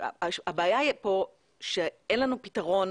הבעיה פה היא שאין לנו פתרון